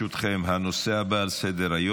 ברשותכם, לנושא הבא על סדר-היום: